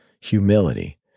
Humility